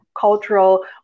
cultural